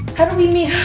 how did we meet?